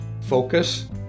Focus